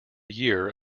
year